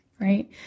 Right